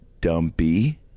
dumpy